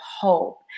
hope